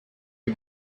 die